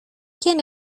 quién